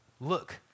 look